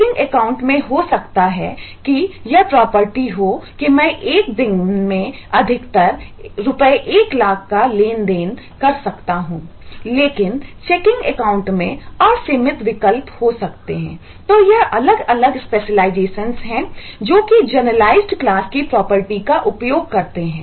saving account को जोड़ते हैं